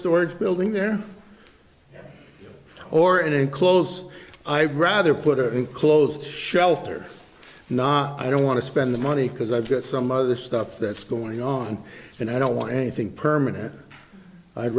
storage building there or in a clothes i rather put it in a closed shelter not i don't want to spend the money because i've got some other stuff that's going on and i don't want anything permanent i'd